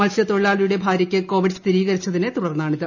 മത്സ്യതൊഴിലാളിയുടെ ഭാര്യയ്ക്ക് കോവിഡ് സ്ഥിരീകരിച്ചതിനെ തുടർന്നാണിത്